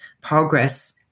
progress